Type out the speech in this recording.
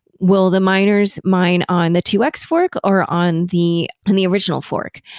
will the miners mine on the two x fork or on the on the original fork,